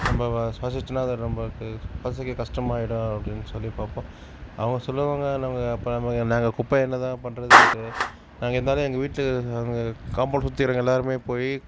நம்ம வ சுவாசிச்சோனா அது நமக்கு சுவாசிக்க கஷ்டமாகிடும் அப்படின்னு சொல்லி பார்ப்போம் அவங்க சொல்லுவாங்க நாங்கள் அப்போ நாங்கள் குப்பை என்னதான் பண்றதுனுட்டு நாங்கள் இருந்தாலும் எங்கள் வீட்டு காம்பவுண்ட் சுற்றி இருக்க எல்லாருமே போய்